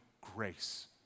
grace